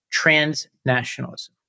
transnationalism